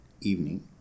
evening